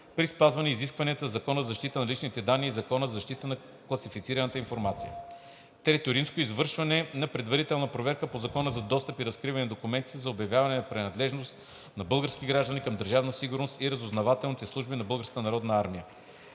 при спазване изискванията на Закона за защита на личните данни и Закона за защита на класифицираната информация. III. Извършване на предварителна проверка по Закона за достъп и разкриване на документите и за обявяване на принадлежност на български граждани към Държавна сигурност и разузнавателните служби на